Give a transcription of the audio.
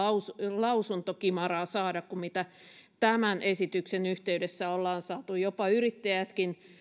lausuntokimaraa saada kuin tämän esityksen yhteydessä ollaan saatu yrittäjätkään